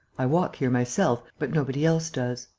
i walk here myself, but nobody else does.